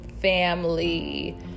family